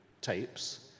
tapes